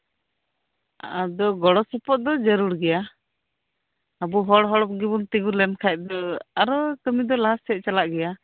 ᱟᱫᱚ ᱜᱚᱲᱚ ᱥᱚᱯᱚᱦᱚᱫ ᱫᱚ ᱡᱟᱨᱩᱲ ᱜᱮᱭᱟ ᱟᱵᱚ ᱦᱚᱲᱼᱦᱚᱲ ᱜᱮᱵᱚᱱ ᱛᱤᱸᱜᱩ ᱞᱮᱱᱠᱷᱟᱱ ᱟᱨᱦᱚᱸ ᱠᱟᱹᱢᱤ ᱫᱚ ᱞᱟᱦᱟ ᱥᱮᱡ ᱪᱟᱞᱟᱜ ᱜᱮᱭᱟ